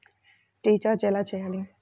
Recharge ఎలా చెయ్యాలి?